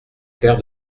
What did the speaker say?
paire